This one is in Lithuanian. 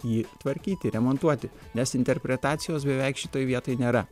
jį tvarkyti remontuoti nes interpretacijos beveik šitoj vietoj nėra